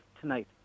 tonight